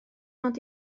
ond